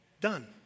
Done